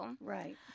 Right